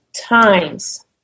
times